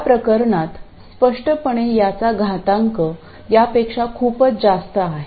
या प्रकरणात स्पष्टपणे याचा घातांक यापेक्षा खूपच जास्त आहे